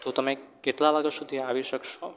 તો તમે કેટલા વાગ્યા સુધી આવી શકશો